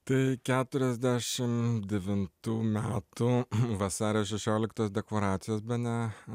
tai keturiasdešim devintų metų vasario šešioliktos deklaracijos bene